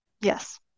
Yes